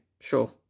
sure